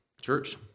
Church